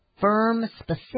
firm-specific